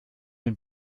den